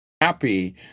happy